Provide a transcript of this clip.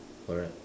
correct